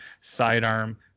sidearm